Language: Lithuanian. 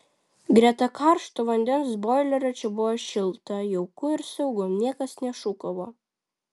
greta karšto vandens boilerio čia buvo šilta jauku ir saugu niekas nešūkavo